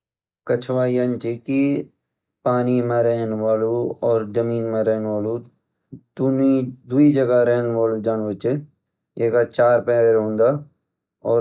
कछुआ येन जे की पानी में रहने वालो और ज़मीन में रहने वालों द्वि जगह रहने वालो जानवर चे ये का चार पैर होंदा